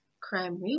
Crime